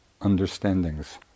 understandings